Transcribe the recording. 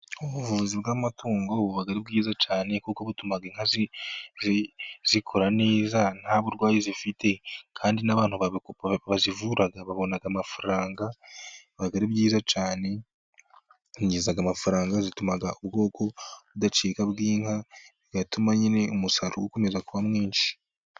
Ubuvuzi bw'amatungo buba bwiza cyane, kuko butuma inka zikura neza nta burwayi zifite, kandi n'abantu bazivura babona amafaranga. Biba ari byiza cyane zinjiza amafaranga, zituma ubwoko budacika bw'inka, bigatuma nyine umusaruro ukomeza kuba mwinshi.